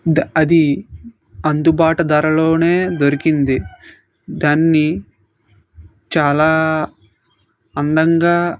అది అందుబాటు ధరలో దొరికింది దాన్ని చాలా అందంగా